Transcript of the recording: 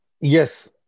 Yes